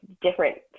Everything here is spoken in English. different